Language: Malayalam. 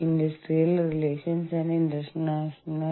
ഇതാണ് സ്രോതസ്സുകൾ